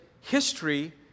history